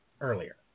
Earlier